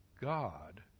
God